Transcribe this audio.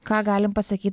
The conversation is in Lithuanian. ką galim pasakyt